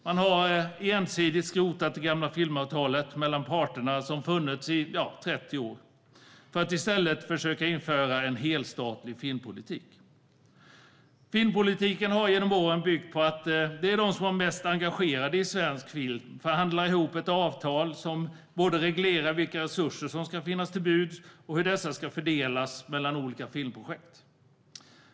Man har ensidigt skrotat det gamla filmavtalet mellan parterna som funnits i 30 år för att i stället försöka införa en helstatlig filmpolitik. Filmpolitiken har genom åren byggt på att de mest engagerade i svensk film förhandlar fram ett avtal som både reglerar vilka resurser som ska stå till buds och hur dessa ska fördelas mellan olika filmprojekt.